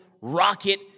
rocket